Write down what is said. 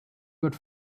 got